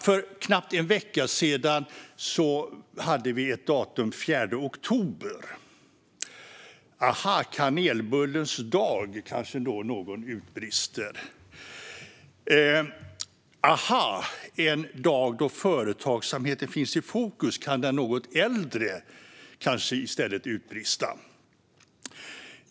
För knappt en vecka sedan hade vi datumet den 4 oktober. Aha, kanelbullens dag! kanske någon då utbrister. Aha, en dag då företagsamheten finns i fokus! kan den något äldre kanske i stället utbrista.